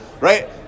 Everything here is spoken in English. right